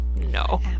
no